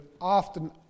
often